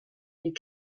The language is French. les